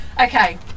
Okay